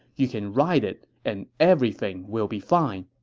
you can ride it, and everything will be fine.